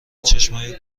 چشمای